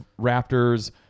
Raptors